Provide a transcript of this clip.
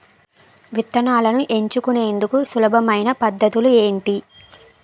విత్తనాలను ఎంచుకునేందుకు సులభమైన పద్ధతులు ఏంటి?